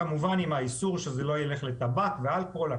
כמובן עם האיסור שזה לא ילך לטבק ואלכוהול,